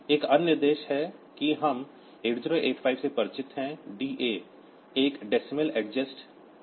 एक अन्य निर्देश है कि हम 8085 से परिचित हैं DA एक decimal adjust अक्सुमुलेटर है